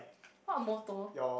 what motor